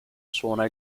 suona